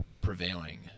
prevailing